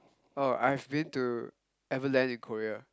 oh I've been to Everland in Korea